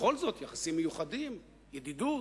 בכל זאת, יחסים מיוחדים, ידידות,